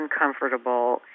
uncomfortable